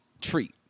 treat